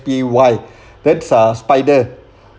P_Y that's ah SPDR